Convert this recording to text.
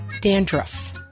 dandruff